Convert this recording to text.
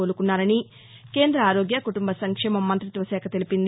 కోలుకున్నారని కేంద్ర ఆరోగ్య కుటుంబ సంక్షేమ మంతిత్వ శాఖ తెలిపింది